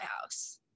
house